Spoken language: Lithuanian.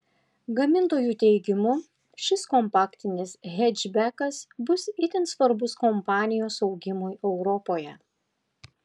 gamintojų teigimu šis kompaktinis hečbekas bus itin svarbus kompanijos augimui europoje